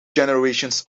generations